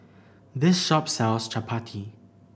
this shop sells Chappati